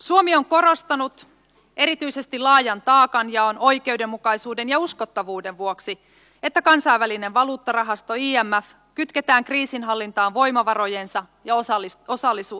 suomi on korostanut erityisesti laajan taakanjaon oikeudenmukaisuuden ja uskottavuuden vuoksi että kansainvälinen valuuttarahasto imf kytketään kriisinhallintaan voimavarojensa ja osaamisensa takia